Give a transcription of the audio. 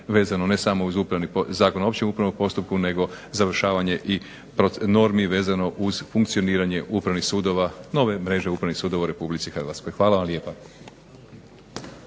vezano ne samo za Zakon o opće upravnom postupku nego završavanje normi vezano uz funkcioniranje upravnih sudova nove mreže upravnih sudova u Republici Hrvatskoj. Hvala vam lijepa.